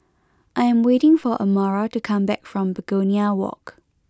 I am waiting for Amara to come back from Begonia Walk